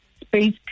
space